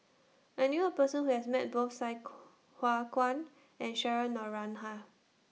I knew A Person Who has Met Both Sai Hua Kuan and Cheryl Noronha